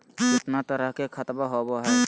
कितना तरह के खातवा होव हई?